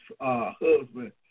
husband